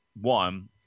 one